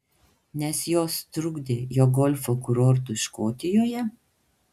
nes jos trukdė jo golfo kurortui škotijoje